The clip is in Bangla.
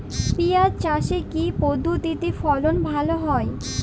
পিঁয়াজ চাষে কি পদ্ধতিতে ফলন ভালো হয়?